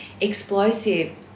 explosive